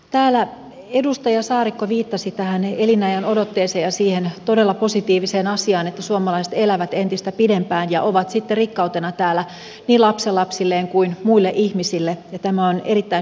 täällä edustaja saarikko viittasi tähän elin ajanodotteeseen ja siihen todella positiiviseen asiaan että suomalaiset elävät entistä pidempään ja ovat sitten rikkautena täällä niin lapsenlapsilleen kuin muille ihmisille tämä on erittäin hyvä asia